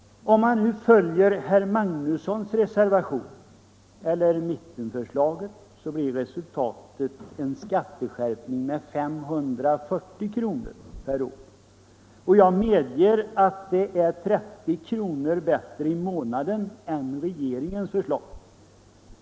Om man följer herr Magnussons reservation eller mittenförslaget, så blir resultatet en skatteskärpning med 540 kr. Jag medger att det är 30 kr. bättre i månaden än regeringens förslag.